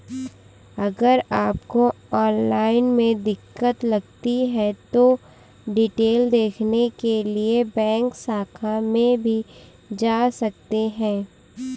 अगर आपको ऑनलाइन में दिक्कत लगती है तो डिटेल देखने के लिए बैंक शाखा में भी जा सकते हैं